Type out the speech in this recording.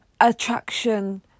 attraction